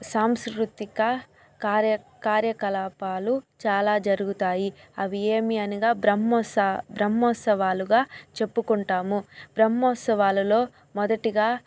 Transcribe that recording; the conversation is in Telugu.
సాంస్కృతిక కార్యకలాపాలు చాలా జరుగుతాయి అవి ఏమి అనగా బ్రహ్మోత్స బ్రహ్మోత్సవాలుగా చెప్పుకుంటాము బ్రహ్మోత్సవాలలో మొదటగా